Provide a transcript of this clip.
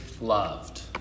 loved